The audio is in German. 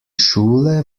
schule